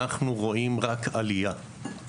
אנחנו רואים רק עלייה.